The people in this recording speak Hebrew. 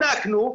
בדקנו.